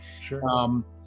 Sure